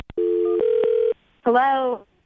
Hello